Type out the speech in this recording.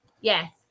Yes